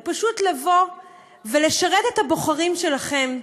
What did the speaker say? הוא פשוט לבוא ולשרת את הבוחרים שלכם,